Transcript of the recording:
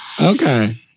okay